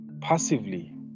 passively